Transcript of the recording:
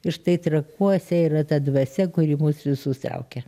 ir štai trakuose yra ta dvasia kuri mus visus traukia